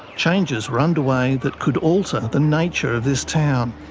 changes were underway that could alter the nature of this town.